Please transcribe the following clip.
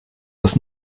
dass